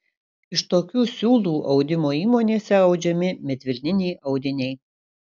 iš tokių siūlų audimo įmonėse audžiami medvilniniai audiniai